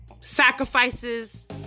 sacrifices